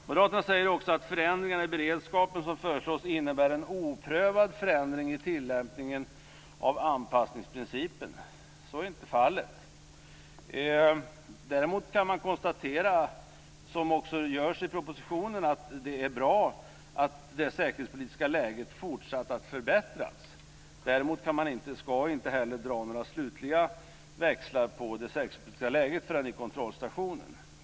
Moderaterna säger också att förändringarna i beredskapen som föreslås innebär en oprövad förändring i tillämpningen av anpassningsprincipen. Så är inte fallet. Däremot kan man konstatera, som också görs i propositionen, att det är bra att det säkerhetspolitiska läget har fortsatt att förbättras. Däremot kan man inte, och skall inte heller, dra några slutliga växlar på det säkerhetspolitiska läget förrän i kontrollstationen.